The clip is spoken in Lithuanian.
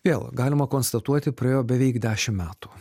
vėl galima konstatuoti praėjo beveik dešimt metų